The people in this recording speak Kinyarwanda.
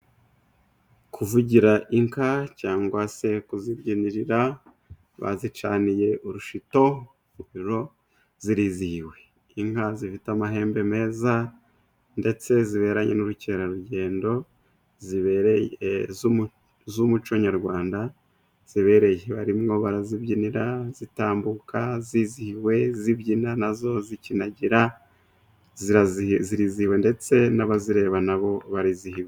Kuvugira inka cyangwa se kuzibyinirira bazicaniye urushito zirizihiwe inka zifite amahembe meza ndetse ziberanye n'ubukerarugendo zibereye z'umuco nyarwanda zibereye barimo barazibyinira zitambuka zizihiwe zibyina nazo zikinagira zirizihiwe ndetse n'abazireba nabo barizihiwe.